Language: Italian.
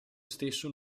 stesso